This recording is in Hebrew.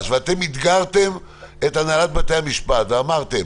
אתגרתם את הנהלת בתי משפט ואמרתם